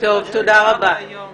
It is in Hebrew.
(חבר הכנסת מכלוף מיקי זוהר וראש העיר הנבחר רון קובי עוזבים את הדיון).